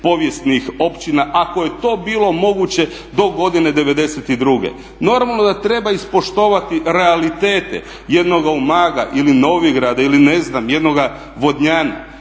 "povijesnih općina" ako je to bilo moguće do godine '92.? Normalno da treba ispoštovati realitete jednoga Umaga ili Novigrada ili ne znam jednoga Vodnjana.